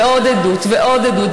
ועוד עדות ועוד עדות.